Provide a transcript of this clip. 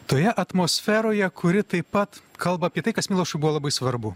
toje atmosferoje kuri taip pat kalba apie tai kas milošu buvo labai svarbu